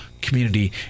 community